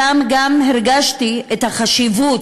שם גם הרגשתי את החשיבות